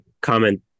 comment